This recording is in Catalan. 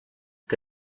que